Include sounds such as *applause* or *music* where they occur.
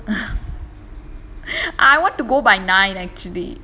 *laughs* I want to go by nine actually